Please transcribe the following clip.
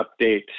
update